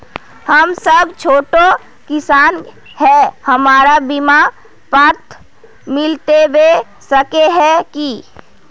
हम सब छोटो किसान है हमरा बिमा पात्र मिलबे सके है की?